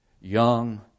young